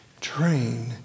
train